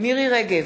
מירי רגב,